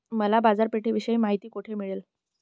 मला बाजारपेठेविषयी माहिती कोठे मिळेल?